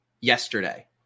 yesterday